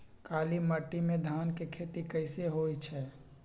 काली माटी में धान के खेती कईसे होइ छइ?